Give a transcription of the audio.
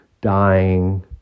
dying